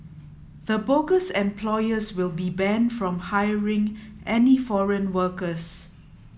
the bogus employers will be banned from hiring any foreign workers